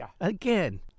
Again